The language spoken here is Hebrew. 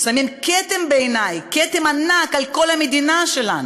מטילים כתם, בעיני, כתם ענק על כל המדינה שלנו.